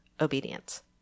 obedience